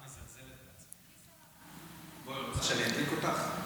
את רוצה שאני אדליק אותך?